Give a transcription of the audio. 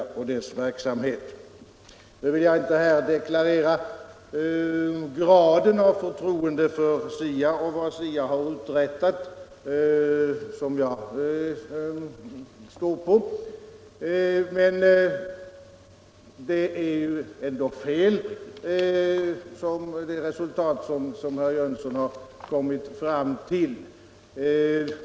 Nu vill jag inte deklarera den grad av förtroende för SIA och för vad SIA uträttat som jag har, men det resultat som herr Jönsson kommit fram till är ändå felaktigt.